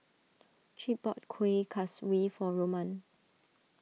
Chip bought Kueh Kaswi for Roman